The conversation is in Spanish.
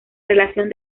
relación